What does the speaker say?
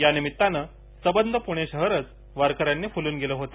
यानिमित्तान सबध पुणे शहरच वारक यानी फुलून गेले होत